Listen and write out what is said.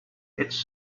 it’s